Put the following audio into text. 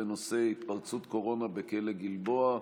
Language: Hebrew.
בנושא: התפרצות קורונה בכלא גלבוע.